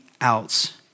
else